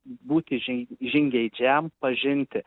būti žei žingeidžiam pažinti